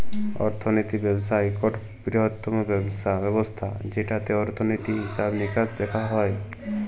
অর্থলিতি ব্যবস্থা ইকট বিরহত্তম ব্যবস্থা যেটতে অর্থলিতি, হিসাব মিকাস দ্যাখা হয়